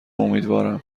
امیدوارم